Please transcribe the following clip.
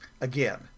again